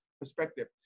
perspective